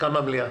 גם במליאה.